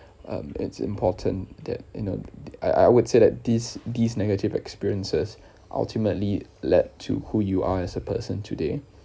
um it's important that you know I I would say that these these negative experiences ultimately led to who you are as a person today